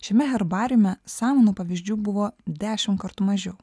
šiame herbariume samanų pavyzdžių buvo dešimt kart mažiau